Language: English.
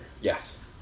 Yes